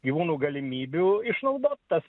gyvūnų galimybių išnaudot tas